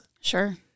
Sure